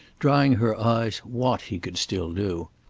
drying her eyes, what he could still do.